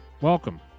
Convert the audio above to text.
Welcome